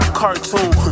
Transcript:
cartoon